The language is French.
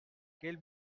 quel